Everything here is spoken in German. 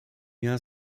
jahr